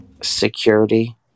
security